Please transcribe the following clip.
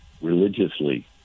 religiously